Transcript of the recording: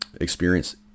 experience